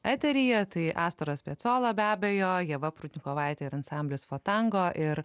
eteryje tai astoras piaciola be abejo ieva prudnikovaitė ir ansamblis for tango ir